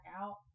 out